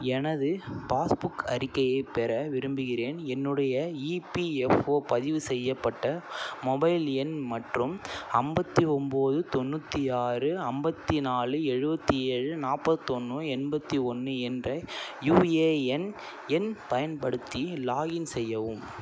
எனது பாஸ்புக் அறிக்கையைப் பெற விரும்புகிறேன் என்னுடைய ஈபிஎஃப்ஒ பதிவு செய்யப்பட்ட மொபைல் எண் மற்றும் ஐம்பத்தி ஒம்போது தொண்ணூற்றி ஆறு ஐம்பத்தி நாலு எழுபத்தி ஏழு நாற்பத்தொன்னு எண்பத்தி ஒன்று என்ற யுஏஎன் எண் பயன்படுத்தி லாகின் செய்யவும்